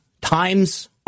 times